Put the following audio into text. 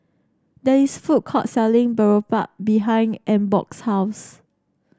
there is a food court selling Boribap behind Ingeborg's house